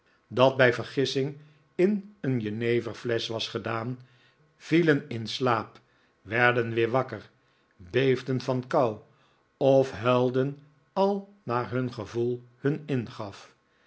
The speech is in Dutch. dat bij vergissing in een jeneverflesch was gedaan vielen in slaap werden weer wakker beefden van kou of huilden al naar hun gevoel hun ingaf